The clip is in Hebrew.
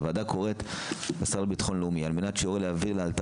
הוועדה קוראת לשר לביטחון לאומי על מנת שיורה להב=עביר את יתרת